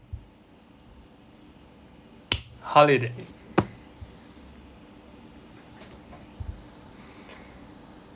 holidays